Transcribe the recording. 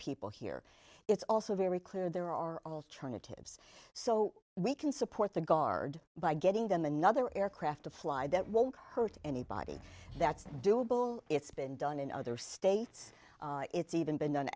people here it's also very clear there are alternatives so we can support the guard by getting them another aircraft to fly that won't hurt anybody that's doable it's been done in other states it's even been done